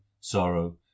sorrow